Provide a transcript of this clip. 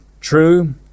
true